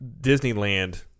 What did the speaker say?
Disneyland